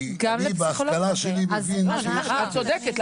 את צודקת,